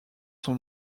son